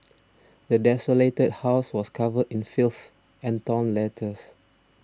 the desolated house was covered in filth and torn letters